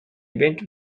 event